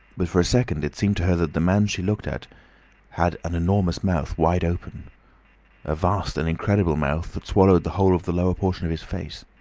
but for a second it seemed to her that the man she looked at had an enormous mouth wide open a vast and incredible mouth that swallowed the whole of the lower portion of his face.